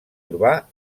urbà